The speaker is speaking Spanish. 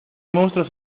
monstruos